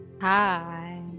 hi